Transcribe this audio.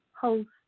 host